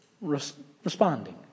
responding